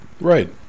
right